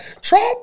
Trump